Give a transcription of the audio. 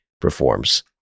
performs